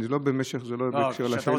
זה בקשר לשאלה.